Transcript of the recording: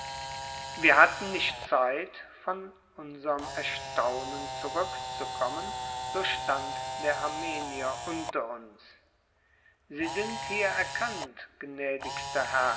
wir hatten nicht zeit von unserm erstaunen zurückzukommen so stand der armenier unter uns sie sind hier erkannt